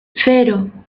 cero